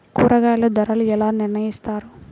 కూరగాయల ధరలు ఎలా నిర్ణయిస్తారు?